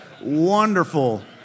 wonderful